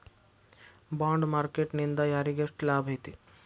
Bond market ನಿಂದಾ ಯಾರಿಗ್ಯೆಷ್ಟ್ ಲಾಭೈತಿ?